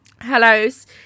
Hello's